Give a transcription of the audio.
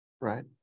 Right